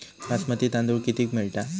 बासमती तांदूळ कितीक मिळता?